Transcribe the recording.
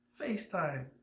FaceTime